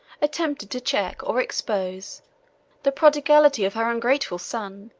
attempted to check or expose the prodigality of her ungrateful son,